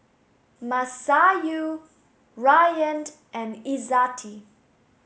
Masayu Ryan and Izzati